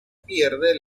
pierde